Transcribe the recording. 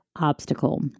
obstacle